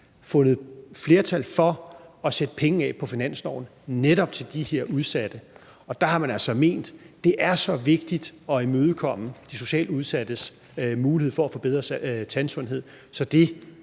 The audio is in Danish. Folketinget for at sætte penge af på finansloven til netop de her udsatte. Og der har man altså ment, at det er så vigtigt at imødekomme de socialt udsatte nu – det er for at få bedre tandsundhed